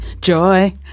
Joy